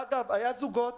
אגב, היו זוגות